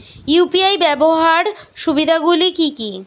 UPI ব্যাবহার সুবিধাগুলি কি কি?